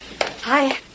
Hi